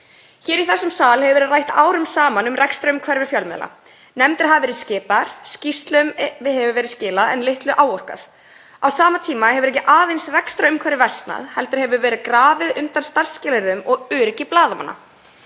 Hér í þessum sal hefur verið rætt árum saman um rekstrarumhverfi fjölmiðla. Nefndir hafa verið skipaðar, skýrslum hefur verið skilað en litlu áorkað. Á sama tíma hefur ekki aðeins rekstrarumhverfi versnað heldur hefur verið grafið undan starfsskilyrðum og öryggi blaðamanna.